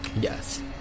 yes